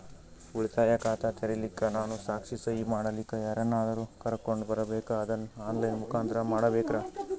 ಉಳಿತಾಯ ಖಾತ ತೆರಿಲಿಕ್ಕಾ ನಾನು ಸಾಕ್ಷಿ, ಸಹಿ ಮಾಡಲಿಕ್ಕ ಯಾರನ್ನಾದರೂ ಕರೋಕೊಂಡ್ ಬರಬೇಕಾ ಅದನ್ನು ಆನ್ ಲೈನ್ ಮುಖಾಂತ್ರ ಮಾಡಬೇಕ್ರಾ?